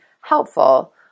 helpful